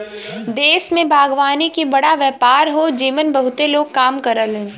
देश में बागवानी के बड़ा व्यापार हौ जेमन बहुते लोग काम करलन